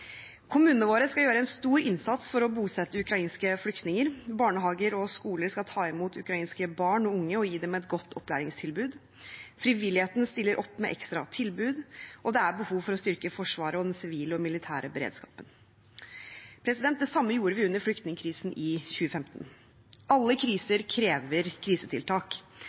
Kommunene våre skal gjøre en stor innsats for å bosette ukrainske flyktninger. Barnehager og skoler skal ta imot ukrainske barn og unge og gi dem et godt opplæringstilbud, frivilligheten stiller opp med ekstra tilbud, og det er behov for å styrke Forsvaret og den sivile og militære beredskapen. Det samme gjorde vi under flyktningkrisen i 2015. Alle kriser krever krisetiltak,